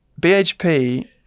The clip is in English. BHP